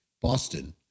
Boston